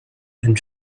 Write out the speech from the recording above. and